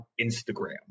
instagram